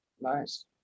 nice